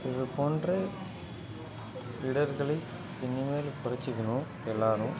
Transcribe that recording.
இது போன்ற இடர்களை இனிமேல் குறைச்சிக்கணும் எல்லாரும்